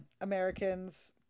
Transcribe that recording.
Americans